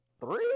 three